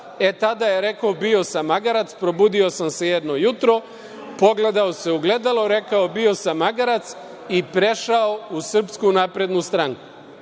e, tada je rekao - bio sam magarac, probudio sam se jedno jutro, pogledao se u ogledalo, rekao bio sam magarac i prešao u SNS.Za vas je to